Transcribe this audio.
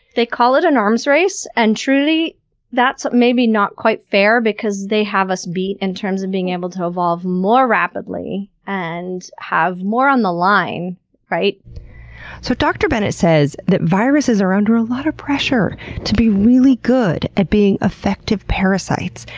they call it an arms race, and truly that's maybe not quite fair because they have us beat in terms of being able to evolve more rapidly and they have more on the line so dr. bennett says that viruses are under a lot of pressure to be really good at being effective parasites,